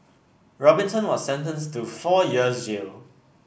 Robinson was sentenced to four years jail